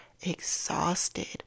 exhausted